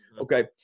Okay